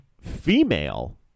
female